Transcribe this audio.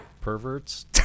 perverts